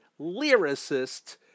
lyricist